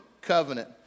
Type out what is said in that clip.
covenant